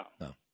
No